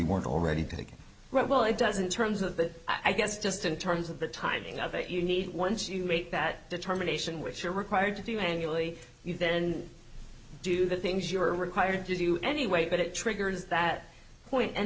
weren't already taking well it doesn't terms that i guess just in terms of the timing of it you need once you make that determination which you're required to do annually you then do the things you are required to do anyway but it triggers that point and